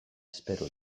espero